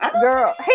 girl